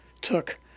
took